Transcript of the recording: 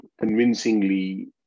convincingly